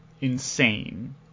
insane